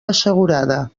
assegurada